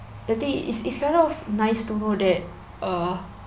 I think it's it's kind of nice to know that uh